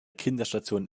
kinderstation